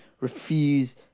refuse